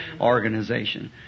organization